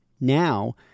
Now